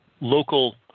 local